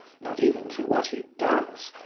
not even through what he does,